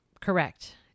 Correct